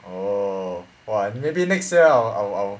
oh !wah! maybe next year I will I will I will